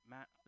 Matt